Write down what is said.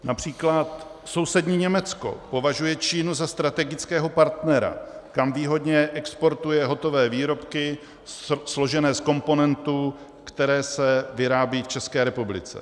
Například sousední Německo považuje Čínu za strategického partnera, kam výhodně exportuje hotové výrobky složené z komponentů, které se vyrábí v České republice.